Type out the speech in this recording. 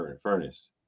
furnace